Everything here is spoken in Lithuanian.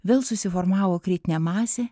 vėl susiformavo kritinė masė